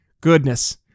Goodness